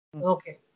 Okay